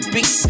Beat